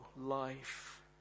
life